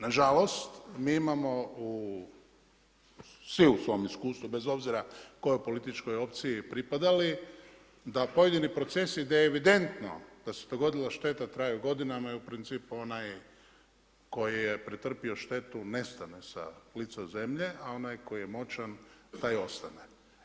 Nažalost, mi imamo svi u svom iskustvu bez obzira kojoj političkoj opciji pripadali, da pojedini procesi gdje evidentno da se dogodila šteta, traju godinama i u principu onaj koji je pretrpio štetu nestane sa lica zemlje, a onaj koji je moćan, taj ostane.